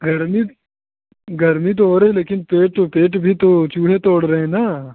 प्रणनित गर्मी तो ही रही लेकिन पेट पेट भी तो चूहे दौड़ रहे ना